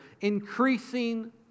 Increasing